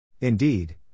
Indeed